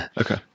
Okay